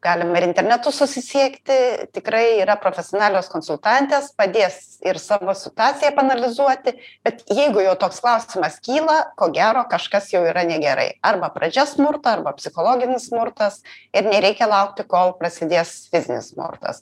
galima ir internetu susisiekti tikrai yra profesionalios konsultantės padės ir savo situaciją paanalizuoti bet jeigu jau toks klausimas kyla ko gero kažkas jau yra negerai arba pradžia smurto arba psichologinis smurtas ir nereikia laukti kol prasidės fizinis smurtas